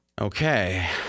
Okay